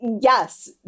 Yes